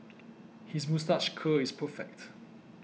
his moustache curl is perfect